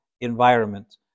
environment